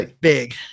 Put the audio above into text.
big